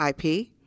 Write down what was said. IP